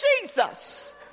Jesus